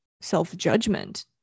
self-judgment